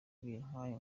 bintwara